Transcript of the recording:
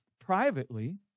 privately